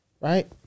Right